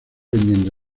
vendiendo